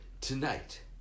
Tonight